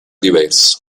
diverso